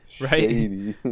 right